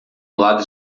lado